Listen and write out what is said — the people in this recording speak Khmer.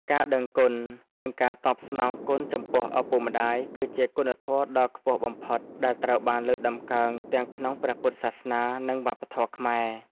ការដឹងគុណ និងការតបស្នងគុណចំពោះឪពុកម្តាយ គឺជាគុណធម៌ខ្ពស់បំផុតដែលត្រូវបានលើកតម្កើងទាំងក្នុងព្រះពុទ្ធសាសនា និងវប្បធម៌ខ្មែរ។